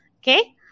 okay